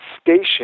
station